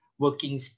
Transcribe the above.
working